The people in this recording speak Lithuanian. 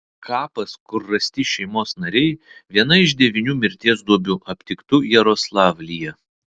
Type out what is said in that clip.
kapas kur rasti šeimos nariai viena iš devynių mirties duobių aptiktų jaroslavlyje